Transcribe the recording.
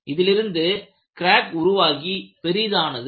இதிலிருந்து கிராக் உருவாகி பெரிதானது